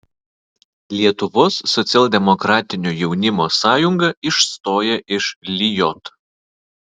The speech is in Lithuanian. lietuvos socialdemokratinio jaunimo sąjunga išstoja iš lijot